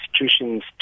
institutions